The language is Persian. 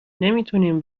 نمیتونیم